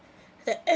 that